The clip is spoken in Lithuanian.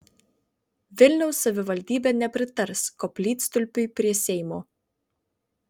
vilniaus savivaldybė nepritars koplytstulpiui prie seimo